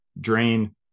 drain